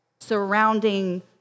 surrounding